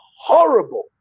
horrible